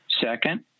Second